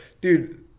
dude